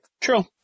True